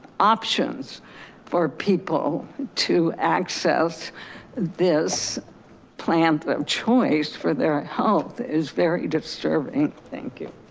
options for people to access this plant of choice for their health is very disturbing. thank you.